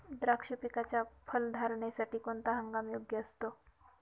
द्राक्ष पिकाच्या फलधारणेसाठी कोणता हंगाम योग्य असतो?